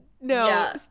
No